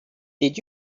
did